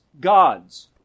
God's